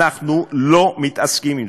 אנחנו לא מתעסקים בזה.